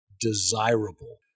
desirable